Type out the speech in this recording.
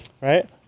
right